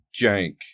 jank